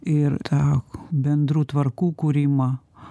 ir tą bendrų tvarkų kūrimą